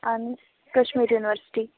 آہَن حظ کَشمیٖر یوٚنیوَرسِٹۍ